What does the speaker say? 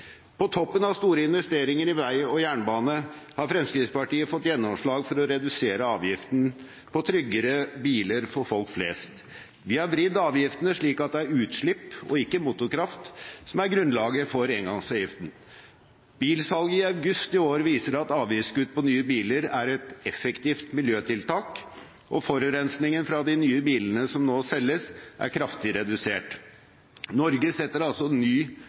På toppen av store investeringer i vei og jernbane har Fremskrittspartiet fått gjennomslag for å redusere avgiftene på trygge biler for folk flest. Vi har vridd avgiftene slik at det er utslipp og ikke motorkraft som er grunnlaget for engangsavgiften. Bilsalget i august i år viser at avgiftskutt på nye biler er et effektivt miljøtiltak, og forurensningen fra de nye bilene som nå selges, er kraftig redusert. Norge setter altså ny